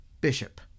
Bishop